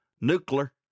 nuclear